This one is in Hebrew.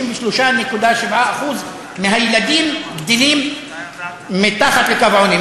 33.7% מהילדים גדלים מתחת לקו העוני,